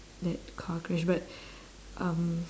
that car crash but um